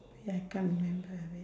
ya I can't remember wait